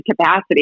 capacity